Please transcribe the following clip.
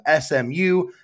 smu